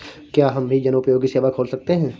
क्या हम भी जनोपयोगी सेवा खोल सकते हैं?